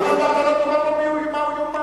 אתה לא תאמר לו מה הוא יאמר.